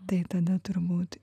tai tada turbūt